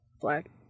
black